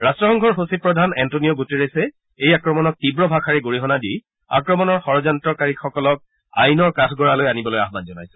ৰাট্টসংঘৰ সচিব প্ৰধান এণ্টনিঅ গুটেৰেছে এই আক্ৰমণক তীৱ ভাষাৰে গৰিহণা দি আক্ৰমণৰ ষড্যন্ত্ৰকাৰীসকলক আইনৰ কাঠগডালৈ আনিবলৈ আহান জনাইছে